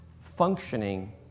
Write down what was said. functioning